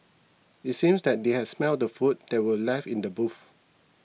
it seemed that they had smelt the food that were left in the boot